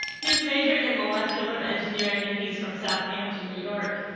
he's majoring in molecular engineering, and he's from southampton, new york.